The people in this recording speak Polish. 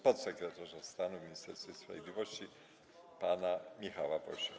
podsekretarza stanu w Ministerstwie Sprawiedliwości pana Michała Wosia.